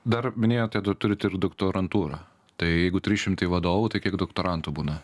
dar minėjote dar turit ir doktorantūrą tai jeigu trys šimtai vadovų tai kiek doktorantų būna